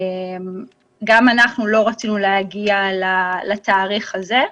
גם אנחנו לא רצינו להגיע לתאריך הזה,